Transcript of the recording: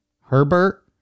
Herbert